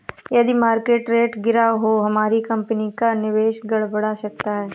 यदि market rate गिरा तो हमारी कंपनी का निवेश गड़बड़ा सकता है